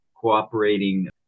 cooperating